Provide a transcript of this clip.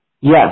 Yes